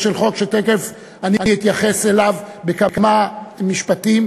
ותכף אני אתייחס אליו בכמה משפטים,